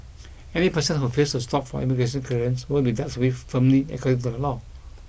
any person who fails to stop for immigration clearance will be dealt with firmly according to the law